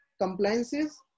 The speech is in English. compliances